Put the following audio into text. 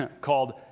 called